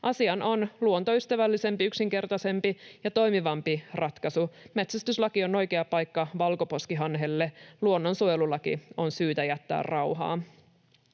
Asiaan on luontoystävällisempi, yksinkertaisempi ja toimivampi ratkaisu. Metsästyslaki on oikea paikka valkoposkihanhelle. Luonnonsuojelulaki on syytä jättää rauhaan.